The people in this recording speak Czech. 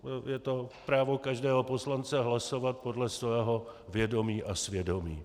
Je to právo každého poslance hlasovat podle svého vědomí a svědomí.